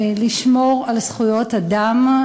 לשמור על זכויות אדם,